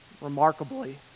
Remarkably